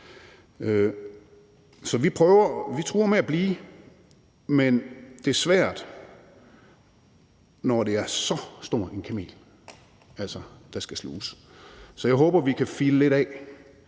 Så vi truer med at blive, men det er svært, når det er så stor en kamel, der skal sluges. Så jeg håber, at vi kan file lidt af